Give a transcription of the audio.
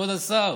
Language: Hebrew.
כבוד השר.